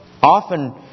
Often